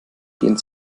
gehen